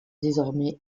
désormais